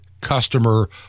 customer